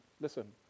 listen